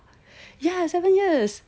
yeah seven years